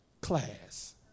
class